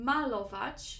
Malować